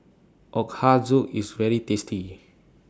Ochazuke IS very tasty